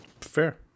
Fair